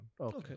Okay